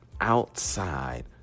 outside